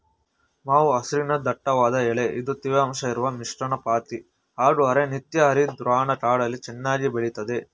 ಮಾವು ಹಸಿರಿನ ದಟ್ಟವಾದ ಎಲೆ ಇದ್ದು ತೇವಾಂಶವಿರುವ ಮಿಶ್ರಪರ್ಣಪಾತಿ ಹಾಗೂ ಅರೆ ನಿತ್ಯಹರಿದ್ವರ್ಣ ಕಾಡಲ್ಲಿ ಚೆನ್ನಾಗಿ ಬೆಳಿತದೆ